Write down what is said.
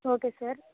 okay sir